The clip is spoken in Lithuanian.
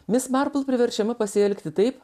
mis marpl priverčiama pasielgti taip